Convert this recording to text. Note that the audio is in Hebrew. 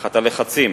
תחת הלחצים